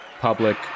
public